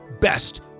best